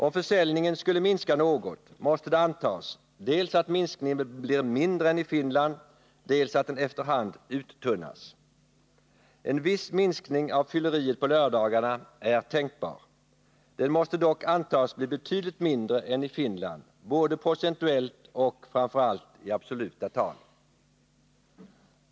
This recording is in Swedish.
Om försäljningen skulle minska något, måste det antas dels att minskningen blir mindre än i Finland, dels att den efter hand uttunnas. En viss minskning av fylleriet på lördagarna är tänkbar. Den måste dock antas bli betydligt mindre än i Finland både procentuellt och, framför allt, i absoluta tal.